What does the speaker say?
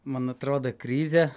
man atrodo krizė